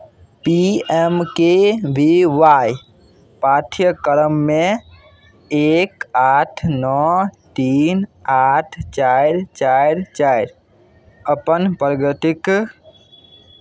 पी M K V Y पाठ्यक्रममे एक आठ नओ तीन आठ चारि चारि चारि अपन प्रगतिक